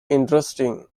interesting